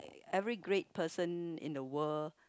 every great person in the world